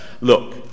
look